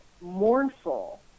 mournful